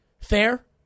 Fair